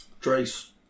Trace